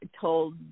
told